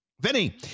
Vinny